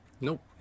Nope